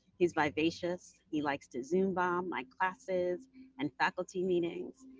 he's vivacious. he likes to zoom bomb my classes and faculty meetings.